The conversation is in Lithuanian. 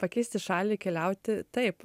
pakeisti šalį keliauti taip